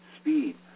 speed